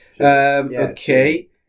Okay